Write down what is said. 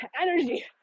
energy